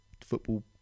football